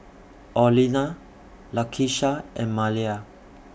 Orlena Lakeisha and Maleah